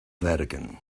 vatican